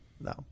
No